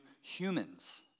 humans